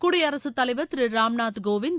குடியரசுத் தலைவர் திரு ராம்நாத் கோவிந்த்